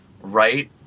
right